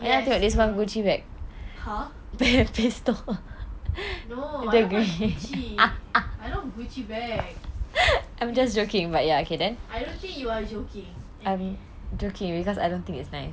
yes girl !huh! no I don't like gucci I don't want gucci bag I don't think you're joking